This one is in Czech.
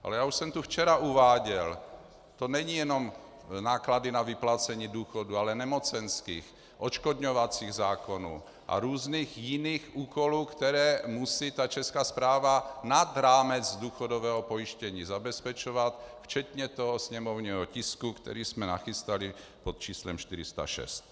Ale já už jsem tu včera uváděl, to nejsou jenom náklady na vyplácení důchodů, ale nemocenských, odškodňovacích zákonů a různých jiných úkolů, které musí Česká správa nad rámec důchodového pojištění zabezpečovat, včetně toho sněmovního tisku, který jsme nachystali pod číslem 406.